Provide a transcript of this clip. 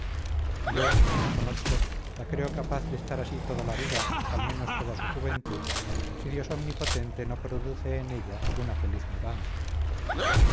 yo que la conozco la creo capaz de estar así toda la vida al menos toda su juventud si dios omnipotente no produce en ella una feliz mudanza